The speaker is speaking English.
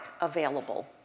available